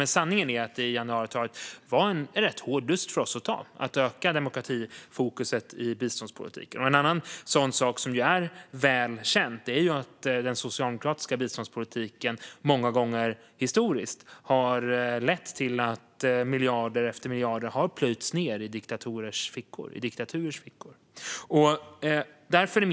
Men sanningen är att det i januariavtalet var en rätt hård dust för oss att ta att öka demokratifokuset i biståndspolitiken. En annan sak som är väl känd är att den socialdemokratiska biståndspolitiken historiskt sett många gånger har lett till att miljarder efter miljarder har plöjts ned i diktaturer.